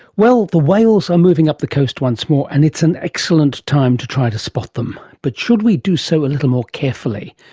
well, the whales are moving up the coast once more and it's an excellent time to try to spot them. but should we do so a little more carefully,